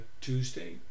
Tuesday